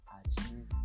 achieve